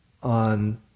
on